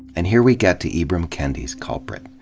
and here we get to ibram kendi's culprit.